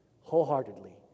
wholeheartedly